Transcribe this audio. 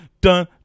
dun